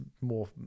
more